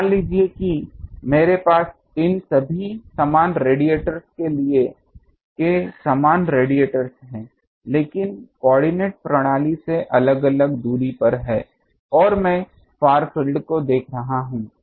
तो मान लीजिए कि मेरे पास इन सभी समान रेडिएटर्स के समान रेडिएटर हैं लेकिन कोआर्डिनेट प्रणाली से अलग अलग दूरी पर उपलब्ध हैं और मैं फार फील्ड को देख रहा हूं